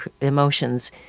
emotions